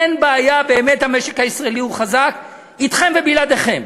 אין בעיה, באמת המשק הישראלי חזק, אתכם ובלעדיכם.